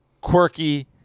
quirky